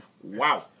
Wow